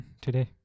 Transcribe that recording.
today